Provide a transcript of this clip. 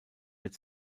wird